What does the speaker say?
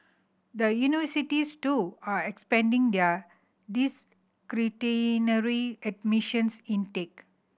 the universities too are expanding their discretionary admissions intake